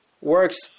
works